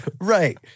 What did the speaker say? Right